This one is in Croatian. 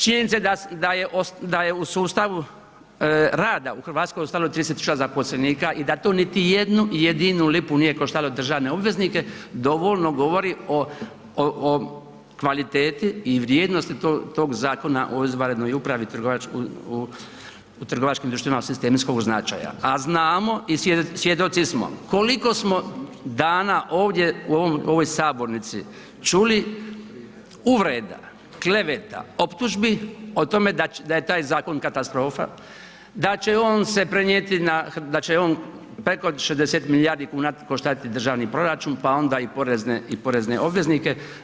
Činjenica da je u sustavu rada u Hrvatskoj ostalo 30.000 zaposlenika i da to niti jednu jedinu lipu nije koštalo državne obveznike dovoljno govori o kvaliteti i vrijednosti tog Zakona o izvanrednoj upravi u trgovačkim društvima od sistemskog značaja, a znamo i svjedoci smo koliko smo dana ovdje u ovoj sabornici čuli uvreda, kleveta, optužbi o tome da je taj zakon katastrofa da će on se prenijeti, da će on preko 60 milijardi kuna koštati državni proračun, pa onda i porezne obveznike.